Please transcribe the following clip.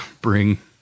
bring